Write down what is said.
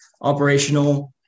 operational